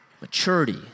Maturity